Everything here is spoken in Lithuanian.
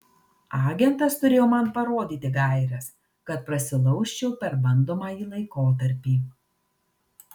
agentas turėjo man parodyti gaires kad prasilaužčiau per bandomąjį laikotarpį